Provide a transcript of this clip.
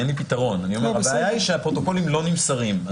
הבעיה היא שהפרוטוקולים לא נמסרים.